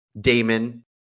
Damon